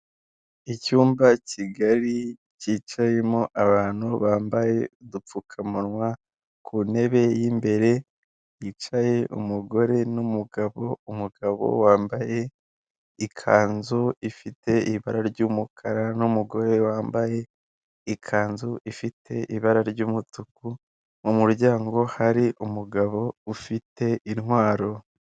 Icyumba kigari cyicayemo abantu bambaye udupfukamunwa ku ntebe y'imbere hicaye umugore n'umugabo, umugabo wambaye ikanzu ifite ibara ry'umukara n'umugore wambaye ikanzu ifite ibara ry'umutuku mu muryango hari umugabo ufite intwaro.